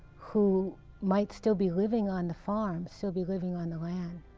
who might still be living on the farm, still be living on the land,